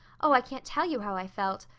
oh, i can't tell you how i felt.